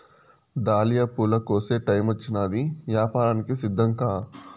dahlia పూల కోసే టైమొచ్చినాది, యాపారానికి సిద్ధంకా